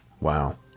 wow